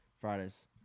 Fridays